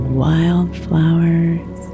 wildflowers